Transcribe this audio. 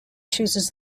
chooses